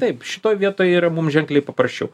taip šitoj vietoj yra mum ženkliai paprasčiau